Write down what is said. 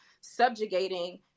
subjugating